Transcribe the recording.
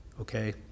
Okay